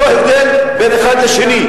ללא הבדל בין אחד לשני.